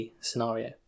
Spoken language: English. scenario